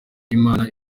imana